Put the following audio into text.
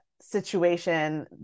situation